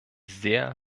sehr